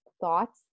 thoughts